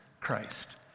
Christ